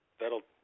that'll